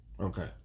Okay